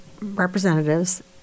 representatives